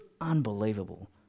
unbelievable